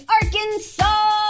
Arkansas